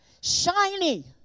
shiny